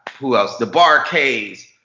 who else? the barkays.